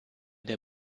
der